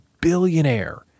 billionaire